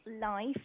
Life